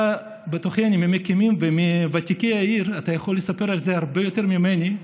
אתה ממקימי ומוותיקי העיר ואתה יכול לספר על זה הרבה יותר ממני.